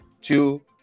two